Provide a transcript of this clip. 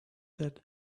that